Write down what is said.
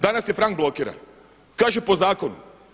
Danas je Frank blokiran, kaže po zakonu.